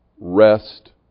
rest